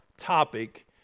topic